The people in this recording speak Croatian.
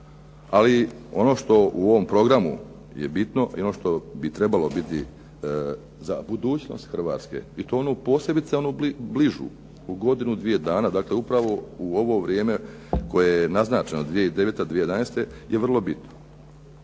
ali ono što u ovom programu je bitno i ono što bi trebalo biti za budućnost Hrvatske i to onu, posebice onu bližu u godinu, dvije dana, dakle, upravo u ovo vrijeme koje je naznačeno, 2009., 2011. je vrlo bitno.